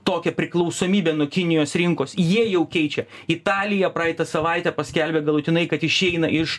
tokią priklausomybę nuo kinijos rinkos jie jau keičia italija praeitą savaitę paskelbė galutinai kad išeina iš